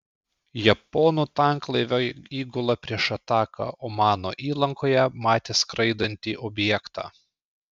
japonų tanklaivio įgula prieš ataką omano įlankoje matė skraidantį objektą